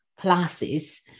classes